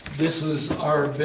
this was our